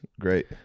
great